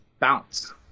bounce